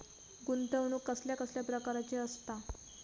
गुंतवणूक कसल्या कसल्या प्रकाराची असता?